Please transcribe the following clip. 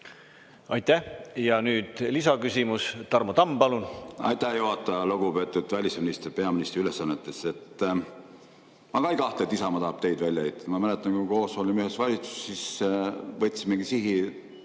Aitäh! Ja nüüd lisaküsimus. Tarmo Tamm, palun!